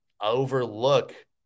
overlook